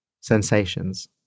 sensations